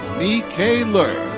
mi kay ler.